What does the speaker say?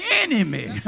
enemy